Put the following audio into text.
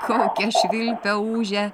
kaukia švilpia ūžia